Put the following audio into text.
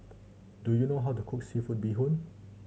do you know how to cook seafood bee hoon